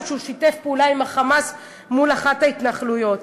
שהוא שיתף פעולה עם ה"חמאס" מול אחת ההתנחלויות.